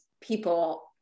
people